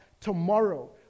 tomorrow